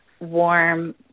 warm